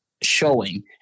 showing